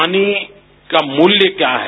पानी का मूल्य क्या है